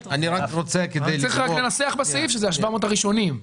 צריך לנסח בסעיף שזה 700 מיליון השקל הראשונים.